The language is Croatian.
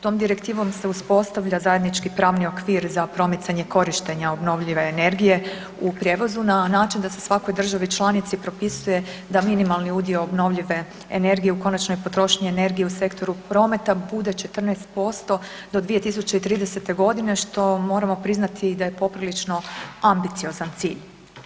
Tom Direktivom se uspostavlja zajednički pravni okvir za promicanje korištenja obnovljive energije u prijevozu na način da se svakoj državi članici propisuje da minimalni udio obnovljive energije u konačnoj potrošnji energije u sektoru prometa bude 14% do 2030. g. što moramo priznati da je poprilično ambiciozan cilj.